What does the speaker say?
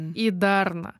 į darną